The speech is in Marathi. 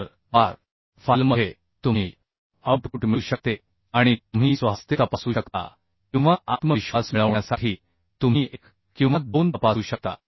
तर वार फाइलमध्ये तुम्ही आउटपुट मिळू शकते आणि तुम्ही स्वहस्ते तपासू शकता किंवा आत्मविश्वास मिळवण्यासाठी तुम्ही एक किंवा दोन तपासू शकता